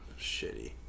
shitty